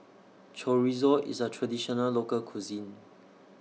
Chorizo IS A Traditional Local Cuisine